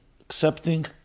accepting